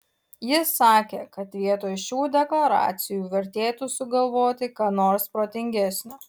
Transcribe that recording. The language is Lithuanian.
jis sakė kad vietoj šių deklaracijų vertėtų sugalvoti ką nors protingesnio